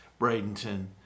Bradenton